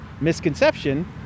misconception